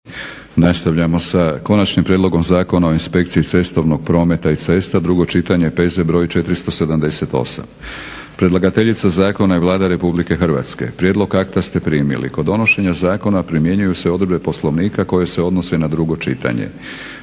Nastavljamo sa: 36. konačnim prijedlogom zakona o inspekciji cestovnog prometa i cesta, drugo čitanje, P.Z. br. 478. Predlagateljica zakona je Vlada RH. Prijedlog akta ste primili. Kod donošenja zakona primjenjuju se odredbe Poslovnika koje se odnose na drugo čitanje.